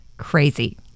crazy